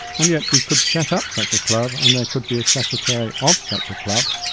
and yet we could set up such a club and there could be a secretary of such a club,